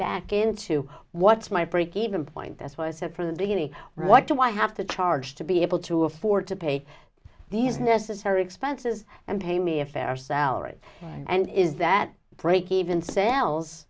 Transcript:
back into what's my breakeven point that's what i said from the beginning what do i have to charge to be able to afford to pay these necessary expenses and pay me a fair salary and is that break even sa